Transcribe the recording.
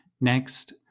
Next